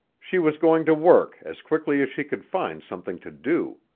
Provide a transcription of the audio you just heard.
she was going to work as quickly as she could find something to do.